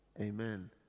Amen